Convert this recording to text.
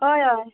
हय हय